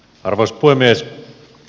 hyvät ystävät